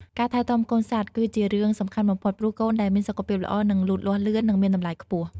ការថែទាំកូនសត្វគឺជារឿងសំខាន់បំផុត ព្រោះកូនដែលមានសុខភាពល្អនឹងលូតលាស់លឿននិងមានតម្លៃខ្ពស់។